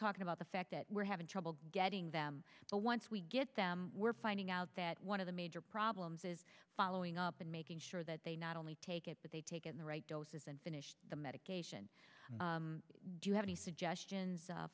talking about the fact that we're having trouble getting them but once we get them we're finding out that one of the major problems is following up and making sure that they not only take it but they take in the right dose of the medication do you have any suggestions